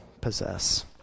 possess